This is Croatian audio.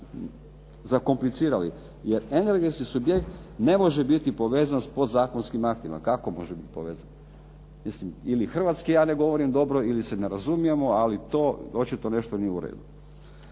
zakomplicirali jer energetski subjekt ne može biti povezan s podzakonskim aktima. Kako može biti povezan? Mislim, ili hrvatski ja ne govorim dobro ili se ne razumijemo, ali to očito nešto nije u redu.